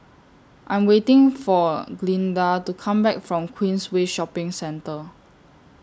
I Am waiting For Glynda to Come Back from Queensway Shopping Centre